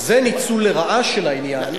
זה ניצול לרעה של העניין.